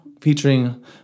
featuring